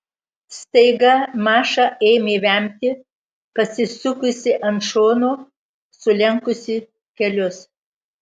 staiga maša ėmė vemti pasisukusi ant šono sulenkusi kelius